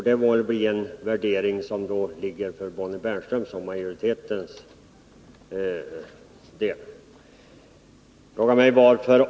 Det må vara en värdering som Bonnie Bernström och utskottsmajoriteten står för.